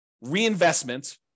reinvestment